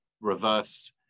reverse